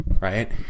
right